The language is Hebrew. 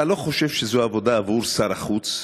אתה לא חושב שזו עבודה עבור שר החוץ?